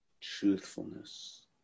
truthfulness